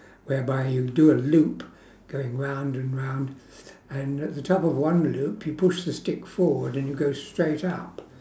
where by you do a loop going round and round and at the top of one loop you push the stick forward and you go straight up